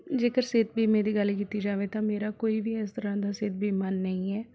ਜੇਕਰ ਸਿਹਤ ਬੀਮੇ ਦੀ ਗੱਲ ਕੀਤੀ ਜਾਵੇ ਤਾਂ ਮੇਰਾ ਕੋਈ ਵੀ ਇਸ ਤਰ੍ਹਾਂ ਦਾ ਸਿਹਤ ਬੀਮਾ ਨਹੀਂ ਹੈ